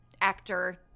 actor